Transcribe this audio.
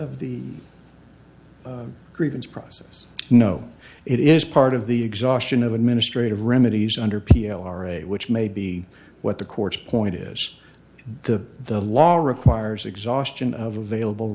of the grievance process no it is part of the exhaustion of administrative remedies under p o are a which may be what the court's point is the the law requires exhaustion of available